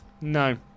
No